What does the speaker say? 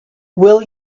will